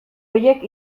horiek